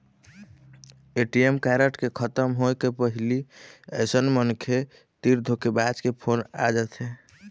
ATM card के खतम होए के पहिली अइसन मनखे तीर धोखेबाज के फोन आ जाथे